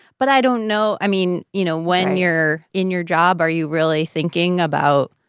but i don't know i mean, you know, when you're in your job are you really thinking about,